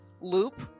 loop